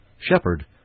Shepherd